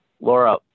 Laura